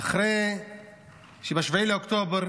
אחרי שב-7 באוקטובר